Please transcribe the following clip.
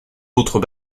autres